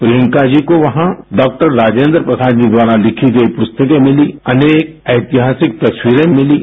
प्रियंका जी को वहाँ डॉक्टर राजेंद्र प्रसाद जी द्वारा लिखी गई पुस्तकें मिलीं अनेक ऐतिहासिक तस्वीरें मिलीं